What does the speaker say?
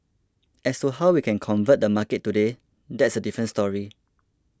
as to how we can convert the market today that's a different story